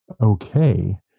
okay